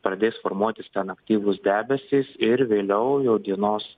pradės formuotis ten aktyvus debesys ir vėliau jau dienos